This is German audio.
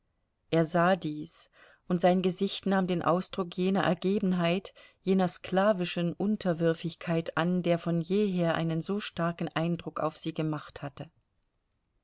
er sah dies und sein gesicht nahm den ausdruck jener ergebenheit jener sklavischen unterwürfigkeit an der von jeher einen so starken eindruck auf sie gemacht hatte